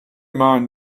mind